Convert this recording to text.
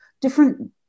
different